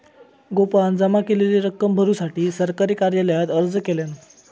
गोपाळान जमा केलेली रक्कम भरुसाठी सरकारी कार्यालयात अर्ज केल्यान